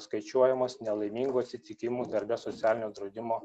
skaičiuojamos nelaimingų atsitikimų darbe socialinio draudimo